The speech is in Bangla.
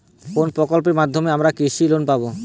কোন প্রকল্পের মাধ্যমে আমরা কৃষি লোন পাবো?